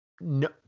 no